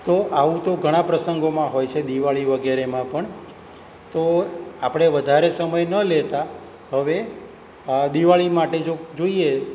તો આવું તો ઘણા પ્રસંગોમાં હોય છે દિવાળી વગેરેમાં પણ તો આપણે વધારે સમય ન લેતાં હવે દિવાળી માટે જો જોઈએ